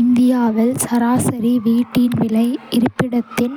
இந்தியாவில், சராசரி வீட்டின் விலை இருப்பிடத்தின்